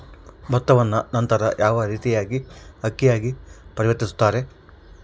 ಭತ್ತವನ್ನ ನಂತರ ಯಾವ ರೇತಿಯಾಗಿ ಅಕ್ಕಿಯಾಗಿ ಪರಿವರ್ತಿಸುತ್ತಾರೆ?